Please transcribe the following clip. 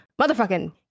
motherfucking